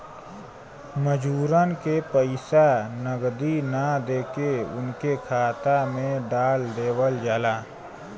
मजूरन के पइसा नगदी ना देके उनके खाता में डाल देवल जाला